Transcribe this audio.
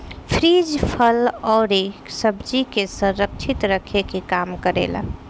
fridge फल अउरी सब्जी के संरक्षित रखे के काम करेला